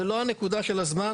זה לא הנקודה של הזמן,